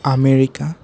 America